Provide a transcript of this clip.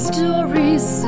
Stories